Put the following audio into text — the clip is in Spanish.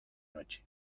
noche